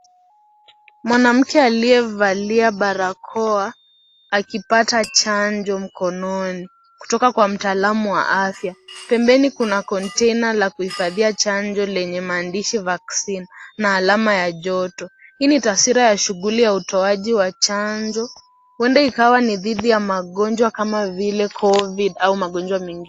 Mwanamke aliyevalia barakoa akipata chanjo mkononi kutoka Kwa mtaalamu wa afya, pempeni kuna (CS)container(CS) la kuhifadhia chanjo lenye maandishi vaccine na alama ya joto. Hii ni taswira ya shughuli ya utoaji wa chanjo, huenda ikawa ni dhidi ya magonjwa kama vile COVID au magonjwa mengine.